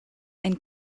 and